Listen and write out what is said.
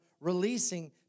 releasing